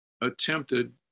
attempted